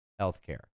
healthcare